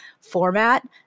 format